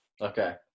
Okay